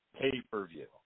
pay-per-view